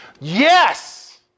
Yes